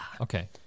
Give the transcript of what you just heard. okay